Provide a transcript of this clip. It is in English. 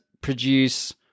produce